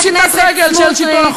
זו פשיטת רגל של שלטון החוק.